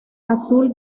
azul